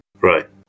Right